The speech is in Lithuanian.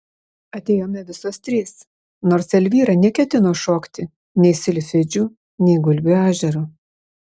atėjome visos trys nors elvyra neketino šokti nei silfidžių nei gulbių ežero